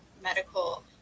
medical